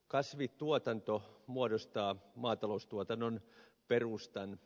kasvintuotanto muodostaa maataloustuotannon perustan